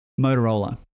Motorola